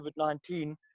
COVID-19